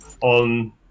on